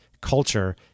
culture